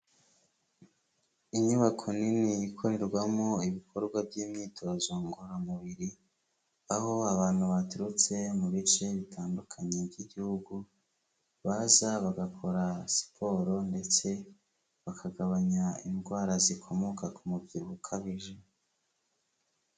Inyubako nini ikorerwamo ibikorwa by'imyitozo ngororamubiri, aho abantu baturutse mu bice bitandukanye by'igihugu, baza bagakora siporo ndetse bakagabanya indwara zikomoka ku mubyibuho ukabije.